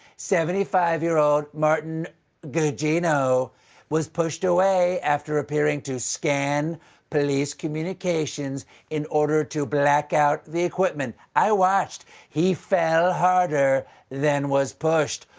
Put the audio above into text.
seventy five year old martin gugino was pushed away after appearing to scan police communications in order to black out the equipment. i watched, he fell harder than was pushed.